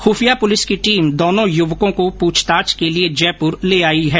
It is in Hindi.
खुफिया पुलिस की टीम दोनो युवकों को पूछताछ के लिए जयपुर ले आई है